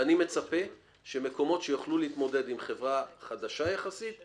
ואני מצפה שמקומות שיוכלו להתמודד עם חברה חדשה יחסית,